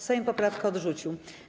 Sejm poprawkę odrzucił.